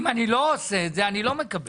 אם אני לא עושה את זה אני לא מקבל.